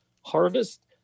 harvest